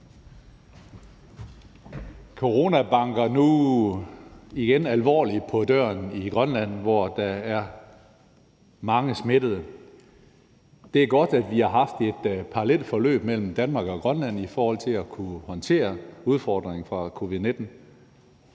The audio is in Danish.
Corona banker nu igen alvorligt på døren i Grønland, hvor der er mange smittede. Det er godt, at vi har haft et parallelt forløb mellem Danmark og Grønland i forhold til at kunne håndtere udfordringen fra covid-19.